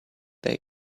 they